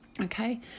Okay